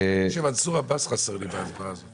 אמר שצריך לשחרר שחרור מינהלי אבל לא עומדים ביעדים האלה.